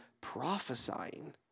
prophesying